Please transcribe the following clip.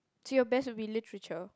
so your best would be literature